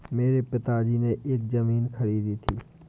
मेरे पिताजी ने एक जमीन खरीदी थी